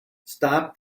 stop